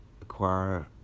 acquire